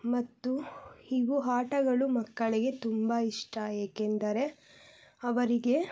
ಮತ್ತು ಇವು ಆಟಗಳು ಮಕ್ಕಳಿಗೆ ತುಂಬ ಇಷ್ಟ ಏಕೆಂದರೆ ಅವರಿಗೆ